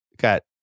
Got